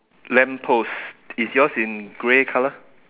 lamp post is yours in grey colour